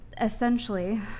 essentially